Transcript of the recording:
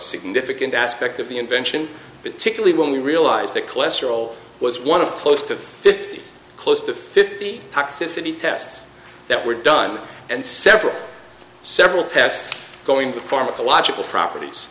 significant aspect of the invention particularly when we realize that cholesterol was one of close to fifty close to fifty toxicity tests that were done and several several tests going to pharmacological properties